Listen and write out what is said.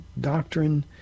doctrine